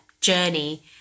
journey